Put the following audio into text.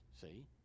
see